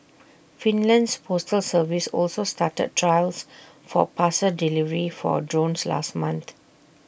Finland's postal service also started trials for parcel delivery for drones last month